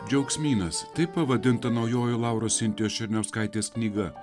džiaugsmynas taip pavadinta naujoji lauros sintijos černiauskaitės knyga